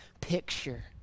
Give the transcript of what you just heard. picture